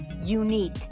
unique